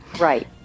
Right